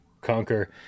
conquer